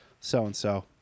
so-and-so